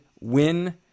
win